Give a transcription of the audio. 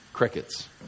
crickets